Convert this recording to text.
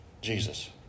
Jesus